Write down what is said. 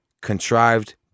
contrived